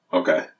okay